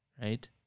right